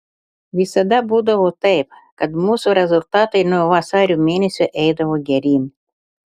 visada būdavo taip kad mūsų rezultatai nuo vasario mėnesio eidavo geryn